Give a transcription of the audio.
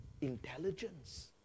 intelligence